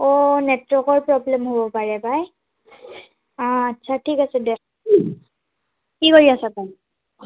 অ' নেটৱৰ্কৰ প্ৰব্লেম হ'ব পাৰে পাই আ আচ্ছা ঠিক আছে দে কি কৰি আছ' তই